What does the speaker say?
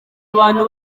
abantu